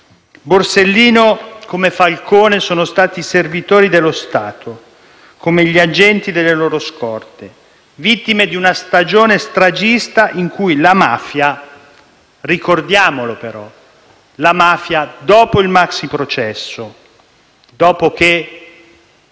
Borsellino e Falcone sono stati servitori dello Stato, come gli agenti delle loro scorte, vittime di una stagione stragista in cui la mafia - ricordiamolo però - dopo il maxiprocesso, dopo che